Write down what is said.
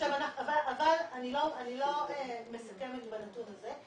אני לא מסכמת בנתון הזה,